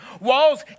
Walls